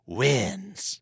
wins